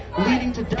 leading to